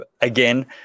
again